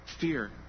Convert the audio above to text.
Fear